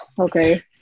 Okay